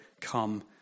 come